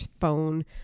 phone